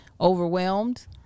overwhelmed